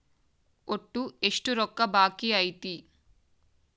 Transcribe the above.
ಒಟ್ಟು ಎಷ್ಟು ರೊಕ್ಕ ಬಾಕಿ ಐತಿ?